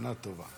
כוונה טובה.